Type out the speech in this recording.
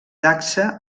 dacsa